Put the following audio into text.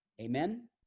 amen